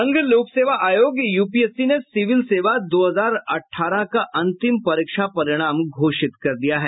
संघ लोक सेवा आयोग यूपीएससी ने सिविल सेवा दो हजार अठारह का अंतिम परीक्षा परिणाम घोषित कर दिया है